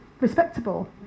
respectable